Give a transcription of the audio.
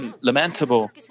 lamentable